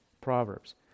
Proverbs